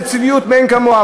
זו צביעות מאין כמוה.